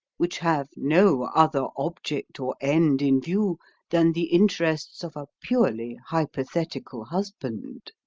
which have no other object or end in view than the interests of a purely hypothetical husband.